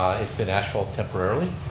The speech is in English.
it's been asphalt temporarily.